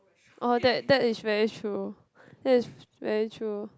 oh that that is very true that is very true